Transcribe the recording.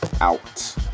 out